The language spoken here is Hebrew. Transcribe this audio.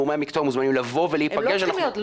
גורמי המקצוע מוזמנים לבוא ולהיפגש --- לא,